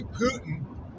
Putin